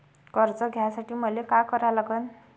कर्ज घ्यासाठी मले का करा लागन?